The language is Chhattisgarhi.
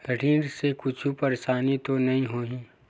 ऋण से कुछु परेशानी तो नहीं होही?